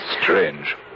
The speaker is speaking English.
Strange